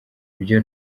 ibyo